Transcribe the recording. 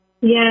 Yes